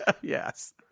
yes